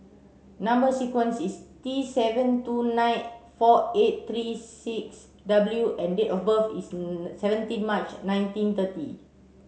number sequence is T seven two nine four eight three six W and date of birth is seventeen March nineteen thirty